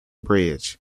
bridge